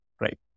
right